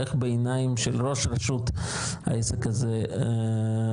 איך בעיניים של ראש רשות העסק הזה מתנהל.